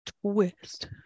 Twist